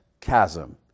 chasm